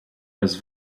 bez